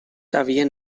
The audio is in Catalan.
havien